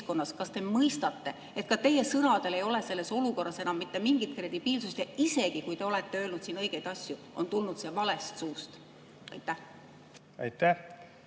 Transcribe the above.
Kas te mõistate, et ka teie sõnadel ei ole selles olukorras enam mitte mingit kredibiilsust? Isegi, kui te olete öelnud siin õigeid asju, on see tulnud valest suust. Aitäh!